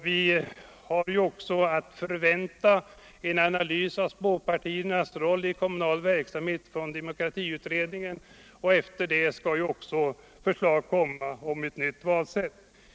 Vi har ju också att förvänta en analys från utredningen om den kommunala demokratin av småpartiernas roll i kommunal verksamhet. Därefter skall också förslag om ett nytt valsätt framläggas.